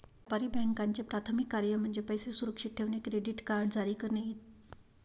व्यापारी बँकांचे प्राथमिक कार्य म्हणजे पैसे सुरक्षित ठेवणे, क्रेडिट कार्ड जारी करणे इ